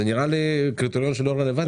זה נראה לי קריטריון שלא רלוונטי.